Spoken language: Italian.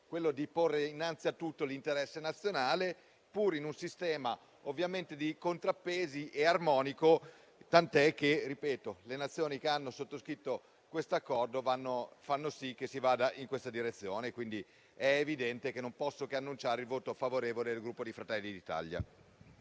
quella di porre innanzi a tutto l'interesse nazionale, pur in un sistema di contrappesi e armonico, tant'è che i Paesi che hanno sottoscritto l'Accordo fanno sì che si vada in questa direzione. È quindi evidente che annuncio il voto favorevole del Gruppo Fratelli d'Italia.